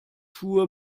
schuhe